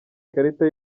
ikarita